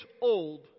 old